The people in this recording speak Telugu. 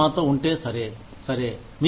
మీరు మాతో ఉంటే సరే సరే